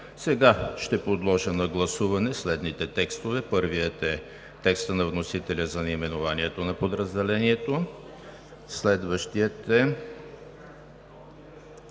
приема. Ще подложа на гласуване следните текстове: първият е на вносителя за наименованието на подразделението; следващият е